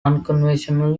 unconventional